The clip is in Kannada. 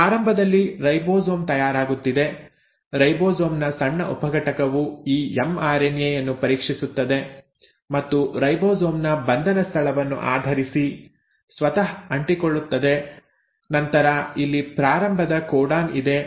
ಪ್ರಾರಂಭದಲ್ಲಿ ರೈಬೋಸೋಮ್ ತಯಾರಾಗುತ್ತಿದೆ ರೈಬೋಸೋಮ್ ನ ಸಣ್ಣ ಉಪಘಟಕವು ಈ ಎಂಆರ್ಎನ್ಎ ಯನ್ನು ಪರೀಕ್ಷಿಸುತ್ತದೆ ಮತ್ತು ರೈಬೋಸೋಮ್ ನ ಬಂಧನ ಸ್ಥಳವನ್ನು ಆಧರಿಸಿ ಸ್ವತಃ ಅಂಟಿಕೊಳ್ಳುತ್ತದೆ ನಂತರ ಇಲ್ಲಿ ಪ್ರಾರಂಭದ ಕೋಡಾನ್ ಇದೆ